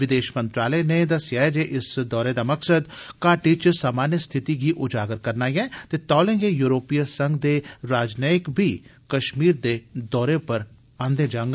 विदेश मंत्रालय नै दस्सेआ जे इस दौरे दा मकसद घाटी च सामान्य स्थिति गी उजागर करना ऐ ते तौले गै यूरोपीय संघ दे राजनयिकें गी बी कश्मीर आंदा जाग